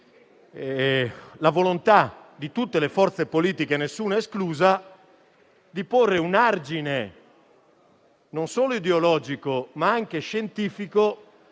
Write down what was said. la volontà di tutte le forze politiche, nessuna esclusa, di porre un argine non solo ideologico, ma anche scientifico